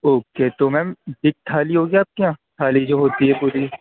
okay تو میم تھالی ہوگی آپ کے یہاں تھالی جو ہوتی ہے پوری